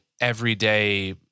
everyday